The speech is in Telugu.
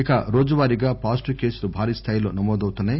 ఇక రోజువారీగా పాజిటిప్ కేసులు భారీస్దాయిలో నమోదవుతున్నాయి